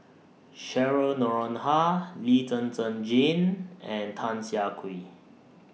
Cheryl Noronha Lee Zhen Zhen Jane and Tan Siah Kwee